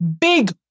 big